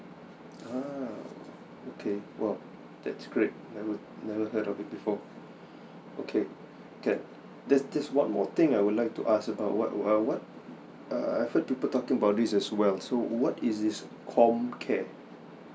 ah okay !wow! that's great I would never heard of it before okay can there's there's one more thing I would like to ask about what what uh what I heard people talk about this as well so what is this com care